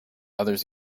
others